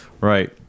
right